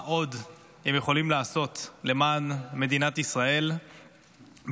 מה עוד הם יכולים לעשות למען מדינת ישראל מלבד